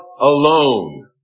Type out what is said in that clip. alone